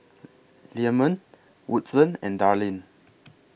Leamon Woodson and Darline